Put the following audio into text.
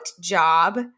job